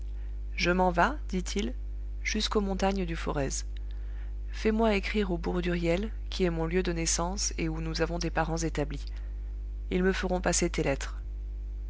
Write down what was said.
je m'en vas dit-il jusqu'aux montagnes du forez fais-moi écrire au bourg d'huriel qui est mon lieu de naissance et où nous avons des parents établis ils me feront passer tes lettres